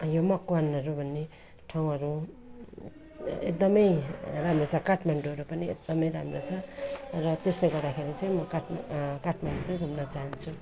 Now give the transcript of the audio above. यो मकवानहरू भन्ने ठाउँहरू एकदमै राम्रो छ काठमाडौँहरू पनि एकदमै राम्रो छ र त्यसले गर्दाखेरि चाहिँ म काठ काठमाडौँ चाहिँ घुम्न चाहन्छु